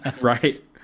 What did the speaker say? Right